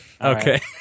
Okay